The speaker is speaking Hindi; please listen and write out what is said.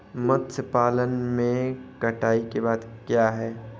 मत्स्य पालन में कटाई के बाद क्या है?